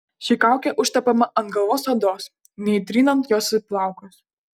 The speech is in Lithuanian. ši kaukė užtepama ant galvos odos neįtrinant jos į plaukus